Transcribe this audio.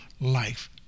life